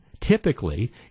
typically